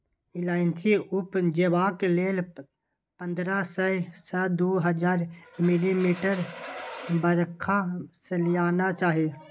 इलाइचीं उपजेबाक लेल पंद्रह सय सँ दु हजार मिलीमीटर बरखा सलियाना चाही